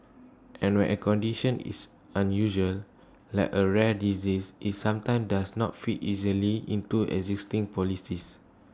and when A condition is unusual like A rare disease IT sometimes does not fit easily into existing policies